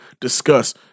discuss